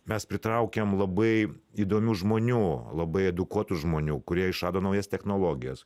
mes pritraukėm labai įdomių žmonių labai edukuotų žmonių kurie išrado naujas technologijas